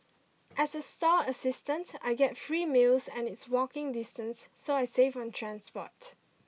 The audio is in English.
as a stall assistant I get free meals and it's walking distance so I save on transport